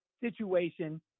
situation